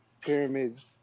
pyramids